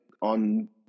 on